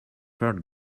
third